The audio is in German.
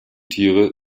tiere